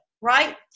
right